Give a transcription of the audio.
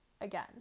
again